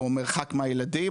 או מרחק מהילדים,